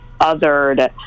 othered